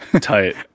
Tight